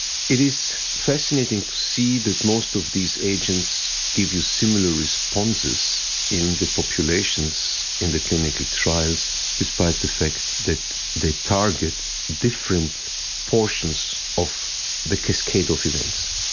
it is fascinating to see that most of these agents give you similar responses in the populations in the clinical trials despite the fact that they target different portions of the cascade of events.